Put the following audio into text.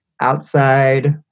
outside